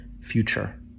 future